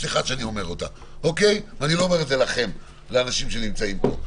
אני לא אומר את זה לאנשים שנמצאים פה.